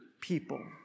people